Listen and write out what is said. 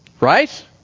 Right